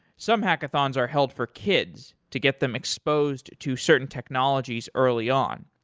some hackathons are held for kids to get them exposed to certain technologies early on.